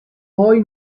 poi